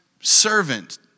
servant